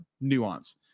nuance